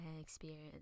experience